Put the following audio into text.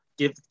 give